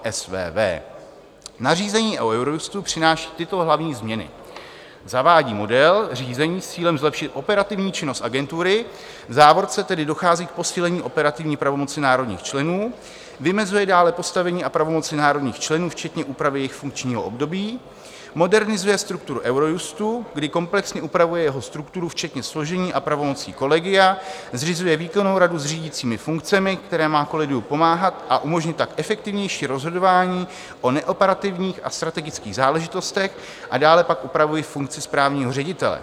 Nařízení o Eurojustu přináší tyto hlavní změny: zavádí model řízení s cílem zlepšit operativní činnost agentury, dochází k posílení operativní pravomoci národních členů, vymezuje dále postavení a pravomoci národních členů včetně úpravy jejich funkčního období, modernizuje strukturu Eurojustu, kdy komplexně upravuje jeho strukturu včetně složení a pravomoci kolegia, zřizuje výkonnou radu s řídícími funkcemi, která má kolegiu pomáhat a umožnit tak efektivnější rozhodování o neoperativních a strategických záležitostech, a dále pak upravuje funkci správního ředitele.